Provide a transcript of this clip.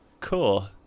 cool